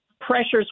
Pressures